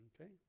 Okay